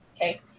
Okay